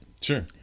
Sure